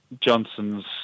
Johnson's